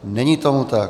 Není tomu tak.